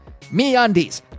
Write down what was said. MeUndies